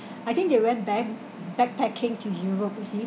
I think they went back~ backpacking to europe you see